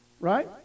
right